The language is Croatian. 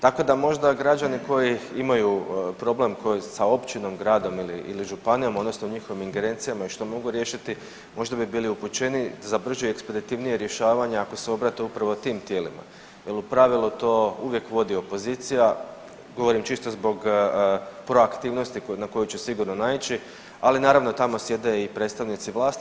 Tako da možda građani imaju problem sa općinom, gradom ili županijom odnosno njihovim ingerencijama i što mogu riješiti možda bi bili upućeniji za brže i ekspeditivnije rješavanje ako se obrate upravo tim tijelima jer u pravilu to uvijek vodi opozicija, govorim čisto zbog proaktivnosti na koju će sigurno naići, ali naravno tamo sjede i predstavnici vlasti.